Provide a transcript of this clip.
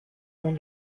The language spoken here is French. long